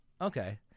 Okay